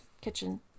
kitchen